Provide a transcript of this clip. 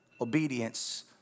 Obedience